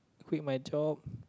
quit my job